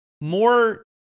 more